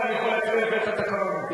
אני יכול לקרוא לך את התקנון אם תרצה.